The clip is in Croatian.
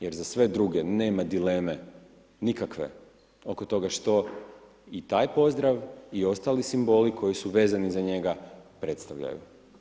Jer za sve druge nema dileme nikakve oko toga što i taj pozdrav, i ostali simboli koji su vezani za njega, predstavljaju.